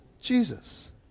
Jesus